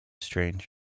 Strange